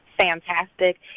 Fantastic